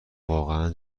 واقعا